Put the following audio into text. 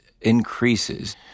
increases